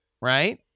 Right